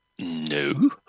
No